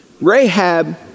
Rahab